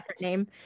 name